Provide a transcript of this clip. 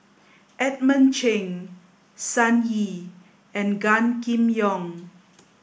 Edmund Cheng Sun Yee and Gan Kim Yong